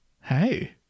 hey